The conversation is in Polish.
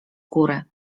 góry